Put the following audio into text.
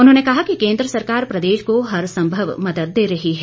उन्होंने कहा कि केंद्र सरकार प्रदेश को हर संभव मदद दे रही है